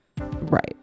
Right